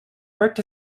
worked